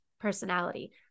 personality